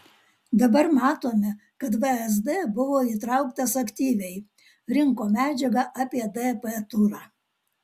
dabar matome kad vsd buvo įtrauktas aktyviai rinko medžiagą apie dp turą